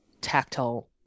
tactile